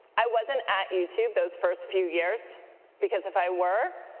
i wasn't at youtube those first few years because if i were,